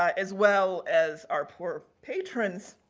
as well as our poor patrons